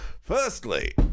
Firstly